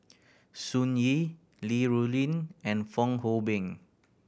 Sun Yee Li Rulin and Fong Hoe Beng